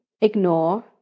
ignore